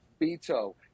Beto